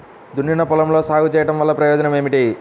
దున్నిన పొలంలో సాగు చేయడం వల్ల ప్రయోజనం ఏమిటి?